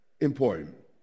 important